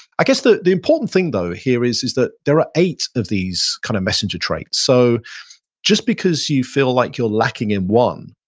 i guess the the important thing though here is is that there are eight of these kind of messenger traits. so just because you feel like you're lacking in one,